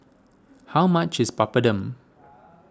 how much is Papadum